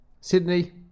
Sydney